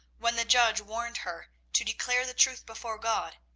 when the judge warned her to declare the truth before god,